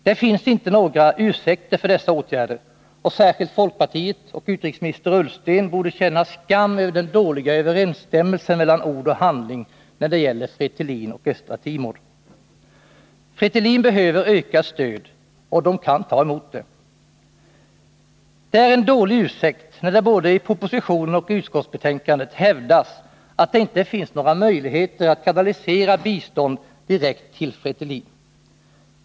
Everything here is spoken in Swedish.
Det finns inte några ursäkter för dessa åtgärder, och särskilt folkpartiet och utrikesminister Ullsten borde känna skam över den dåliga överensstämmelsen mellan ord och handling när det gäller Fretilin och Östra Timor. Fretilin behöver ökat stöd — och de kan ta emot det. Det är en dålig ursäkt, när det både i propositionen och i utskottsbetänkandet hävdas att det inte finns några möjligheter att kanalisera bistånd direkt till Fretilin.